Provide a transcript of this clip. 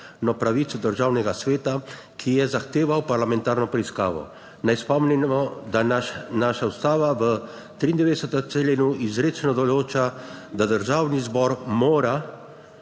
v pravico državnega sveta, ki je zahteval parlamentarno preiskavo. Naj spomnimo, da naša Ustava v 93. členu izrecno določa, da državni zbor mora,